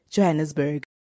Johannesburg